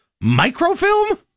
microfilm